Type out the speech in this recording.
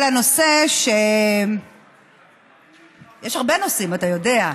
יש הרבה נושאים, אתה יודע,